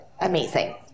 amazing